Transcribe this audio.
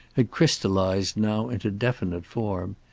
had crystallized now into definite form.